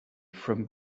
from